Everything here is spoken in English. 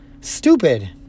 stupid